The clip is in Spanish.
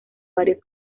varios